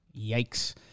yikes